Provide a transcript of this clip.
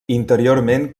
interiorment